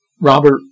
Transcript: Robert